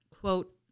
quote